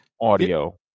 audio